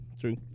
True